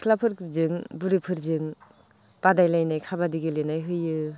सिख्लाफोरजों बुरिफोरजों बादायलायनाय खाबादि गेलेनाय होयो